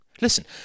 Listen